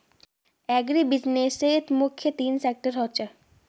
अग्रीबिज़नेसत मुख्य तीन सेक्टर ह छे